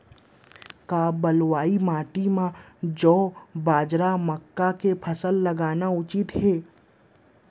का बलुई माटी म जौ, बाजरा, मक्का के फसल लगाना उचित हे?